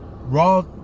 Raw